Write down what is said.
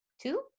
two